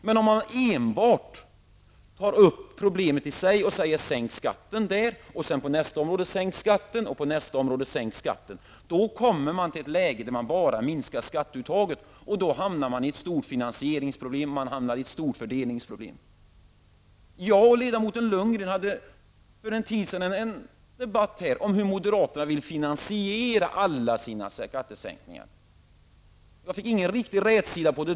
Men om man enbart tar upp problemet i sig och säger: Sänk skatten, och sedan gör likadant på nästa område och nästa område, kommer man till ett läge där skatteuttaget ständigt minskas. Då hamnar man i ett stort finansieringsproblem och får stora fördelningsproblem. Jag och ledamoten Lundgren förde för en tid sedan en debatt här i kammaren om hur moderaterna vill finansiera alla sina skattesänkningar. Jag fick ingen riktig rätsida på det.